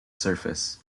surface